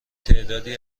تعدادی